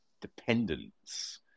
dependence